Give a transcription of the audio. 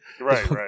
right